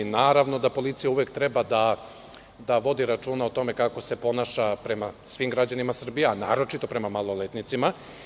Naravno da policija uvek treba da vodi računa o tome kako se ponaša prema svim građanima Srbije, a naročito prema maloletnicima.